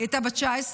היא הייתה בת 19,